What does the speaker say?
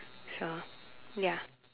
so ya